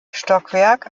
stockwerk